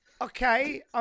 okay